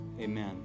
amen